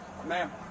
Ma'am